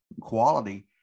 quality